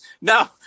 No